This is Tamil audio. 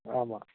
ஆமாம்